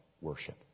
worship